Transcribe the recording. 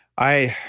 i